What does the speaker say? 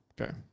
Okay